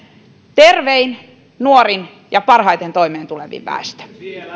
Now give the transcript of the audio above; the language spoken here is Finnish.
tervein nuorin ja parhaiten toimeentulevin väestö